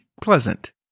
pleasant